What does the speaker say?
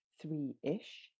three-ish